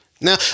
Now